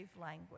language